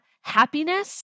happiness